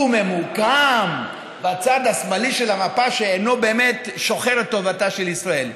ומקוטלג וממוקם בצד השמאלי של המפה שאינו באמת שוחר את טובתה של ישראל.